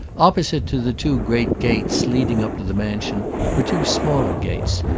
opposite to the two great gates leading up to the mansion were two smaller gates,